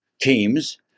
teams